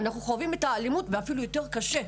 אנחנו חווים את האלימות ואפילו באופן יותר קשה.